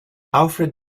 alfred